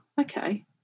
okay